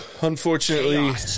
unfortunately